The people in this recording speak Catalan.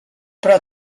però